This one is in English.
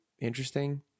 interesting